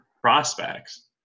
prospects